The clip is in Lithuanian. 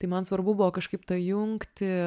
tai man svarbu buvo kažkaip tą jungtį